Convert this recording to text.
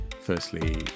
firstly